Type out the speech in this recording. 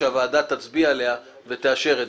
והוועדה תצביע עליה ותאשר אותה.